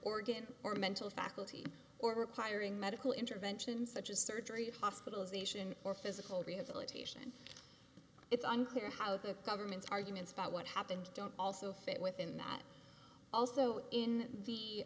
organ or mental faculty or requiring medical intervention such as surgery hospitalization or physical rehabilitation it's unclear how the government's arguments about what happened don't also fit within that also in the